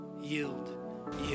yield